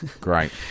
great